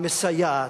המסייעת,